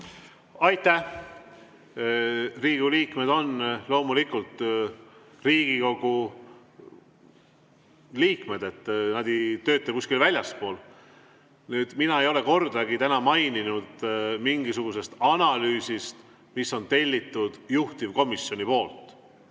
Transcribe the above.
Aitäh! Riigikogu liikmed on loomulikult Riigikogu liikmed, nad ei tööta kuskil väljaspool. Mina ei ole kordagi täna maininud mingisugust analüüsi, mis on juhtivkomisjoni tellitud.